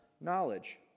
knowledge